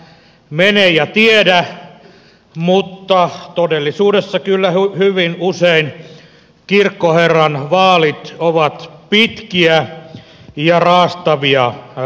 mene ja tiedä mutta todellisuudessa kyllä hyvin usein kirkkoherranvaalit ovat pitkiä ja raastavia prosesseja